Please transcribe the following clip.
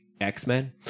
X-Men